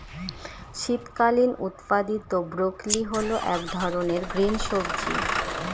শীতকালীন উৎপাদীত ব্রোকলি হল এক ধরনের গ্রিন সবজি